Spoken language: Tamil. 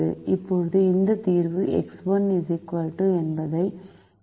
இப்போது இந்த தீர்வு X1 என்பதை நாம் சரிபார்க்க வேண்டும்